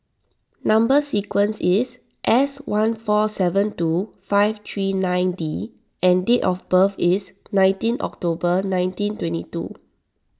Number Sequence is S one four seven two five three nine D and date of birth is nineteen October nineteen twenty two